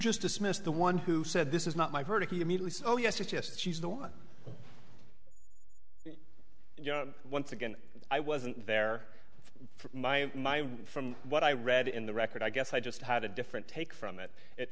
just dismissed the one who said this is not my verdict oh yes yes yes she's the one you know once again i wasn't there my mind from what i read in the record i guess i just had a different take from it it